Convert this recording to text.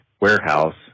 Warehouse